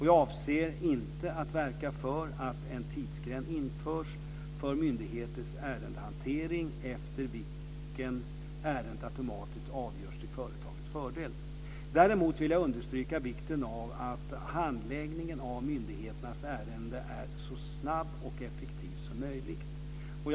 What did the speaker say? Jag avser inte att verka för att en tidsgräns införs för myndigheters ärendehantering efter vilken ärendet automatiskt avgörs till företagets fördel. Däremot vill jag understryka vikten av att handläggningen av myndigheternas ärenden är så snabb och effektiv som möjligt.